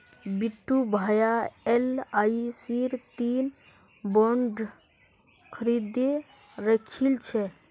बिट्टू भाया एलआईसीर तीन बॉन्ड खरीदे राखिल छ